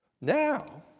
Now